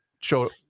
show